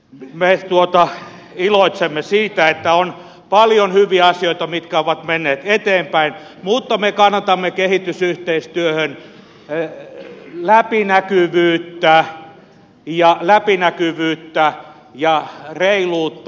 me iloitsemme siitä että on paljon hyviä asioita mitkä ovat menneet eteenpäin mutta me kannatamme kehitysyhteistyöhön läpinäkyvyyttä ja reiluutta